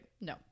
No